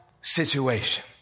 situation